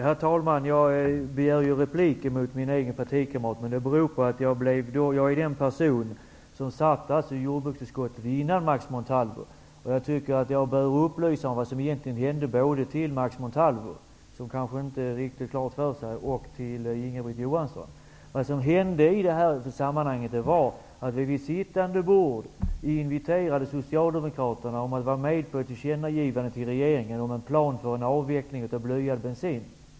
Herr talman! Jag har begärt replik mot min egen partikamrat. Det beror på att jag är den person som satt i jordbruksutskottet för Ny demokrati innan Max Montalvo. Jag vill upplysa både Max Montalvo, som kanske inte har situationen helt klar för sig, och Inga-Britt Johansson om vad som hände. Vad som hände i detta sammanhang var att Ny demokrati vid sittande bord inviterade Socialdemokraterna att vara med på ett tillkännagivande till regeringen om en plan för en avveckling av blyad bensin.